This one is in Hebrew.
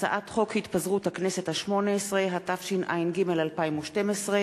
הצעת חוק התפזרות הכנסת השמונה-עשרה, התשע"ג 2012,